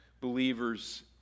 believers